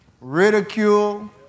ridicule